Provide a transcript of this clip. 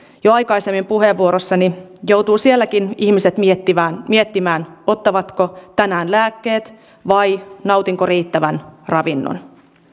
jo aikaisemmin puheenvuorossani joutuvat sielläkin ihmiset miettimään miettimään ottavatko tänään lääkkeet vai nauttivatko riittävän ravinnon